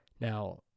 Now